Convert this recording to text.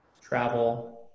travel